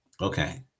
Okay